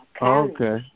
Okay